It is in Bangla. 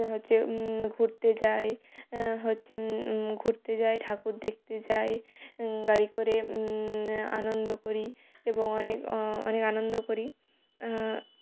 হচ্ছে ঘুরতে যাই হচ্ছে ঘুরতে যাই ঠাকুর দেখতে যাই গাড়ি করে আনন্দ করি এবং অনেক অনেক আনন্দ করি